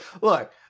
Look